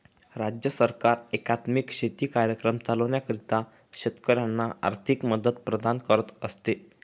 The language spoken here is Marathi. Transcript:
राज्य सरकार एकात्मिक शेती कार्यक्रम चालविण्याकरिता शेतकऱ्यांना आर्थिक मदत प्रदान करत असते